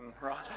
right